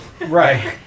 Right